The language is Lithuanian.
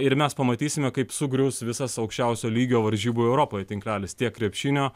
ir mes pamatysime kaip sugrius visas aukščiausio lygio varžybų europoj tinklelis tiek krepšinio